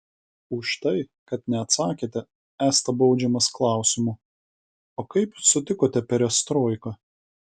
už tai kad neatsakėte esate baudžiamas klausimu o kaip sutikote perestroiką